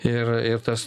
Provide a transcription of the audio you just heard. ir ir tas